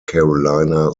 carolina